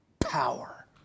power